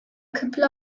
couple